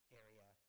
area